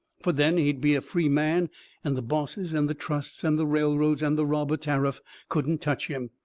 fur then he'd be a free man and the bosses and the trusts and the railroads and the robber tariff couldn't touch him.